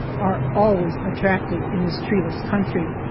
are always attractive in this treeless country.